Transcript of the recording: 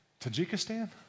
Tajikistan